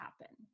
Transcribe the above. happen